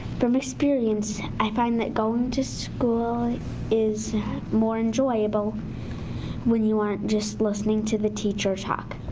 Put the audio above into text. from experience i find that going to school is more enjoyable when you aren't just listening to the teacher talk.